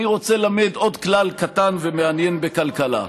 אני רוצה ללמד עוד כלל קטן ומעניין בכלכלה.